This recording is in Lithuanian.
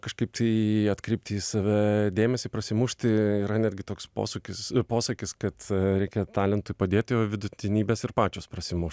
kažkaip tai atkreipti į save dėmesį prasimušti yra netgi toks posūkis posakis kad reikia talentui padėti o vidutinybės ir pačios prasimuš